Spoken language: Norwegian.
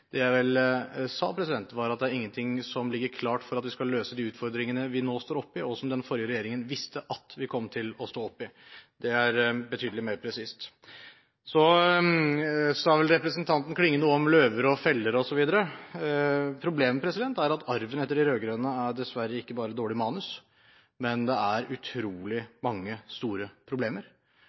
Det jeg vel sa, var at det er ingenting som ligger klart for at vi skal løse de utfordringene vi nå står oppe i, og som den forrige regjeringen visste at vi kom til å stå oppe i. Det er betydelig mer presist. Representanten Klinge sa vel noe om løver og feller osv. Problemet er at arven etter de rød-grønne ikke bare er dårlig manus, dessverre, men utrolig mange store problemer.